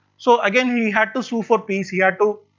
so again he had to sue for peace, he had to